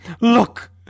Look